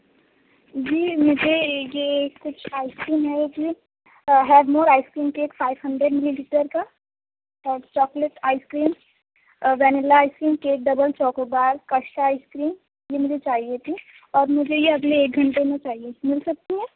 جی مجھے یہ کچھ آئس کریم ہے اس میں اور have more ice cream cake five hundred millilitre کا chocolate ice cream vanilla ice cream cake double chocobar custard ice cream یہ مجھے چاہیے تھی اور مجھے یہ اگلے ایک گھنٹے میں چاہیے تھی مل سکتی ہیں